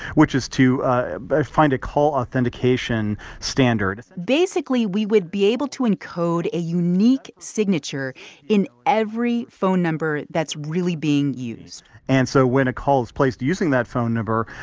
which is to ah but find a call authentication standard basically, we would be able to encode a unique signature in every phone number that's really being used and so when a call's placed using that phone number,